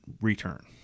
return